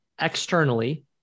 externally